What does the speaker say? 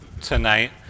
tonight